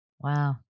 wow